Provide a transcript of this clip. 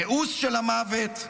התיעוש של המוות,